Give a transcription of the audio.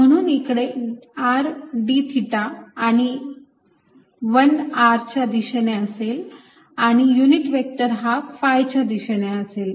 म्हणून इकडे r d थिटा आणि 1 r च्या दिशेने असेल आणि युनिट व्हेक्टर हा phi च्या दिशेने असेल